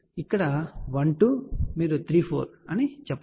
కాబట్టి ఇక్కడ ఇది 1 2 మీరు 3 4 అని చెప్పవచ్చు